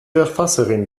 verfasserin